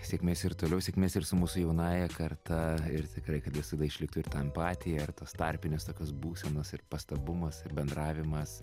sėkmės ir toliau sėkmės ir su mūsų jaunąja karta ir tikrai kad visada išliktų ir ta empati ir tos tarpinės tokios būsenos ir pastabumas ir bendravimas